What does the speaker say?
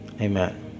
Amen